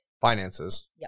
Finances